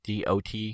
dot